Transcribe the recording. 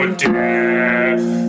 death